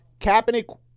Kaepernick